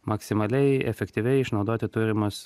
maksimaliai efektyviai išnaudoti turimus